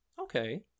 okay